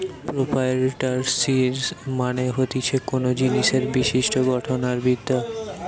properties মানে হতিছে কোনো জিনিসের বিশিষ্ট গঠন আর বিদ্যা